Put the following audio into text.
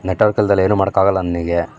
network ಇಲ್ದೇ ಏನೂ ಮಾಡೋಕ್ಕಾಗಲ್ಲ ನನಗೆ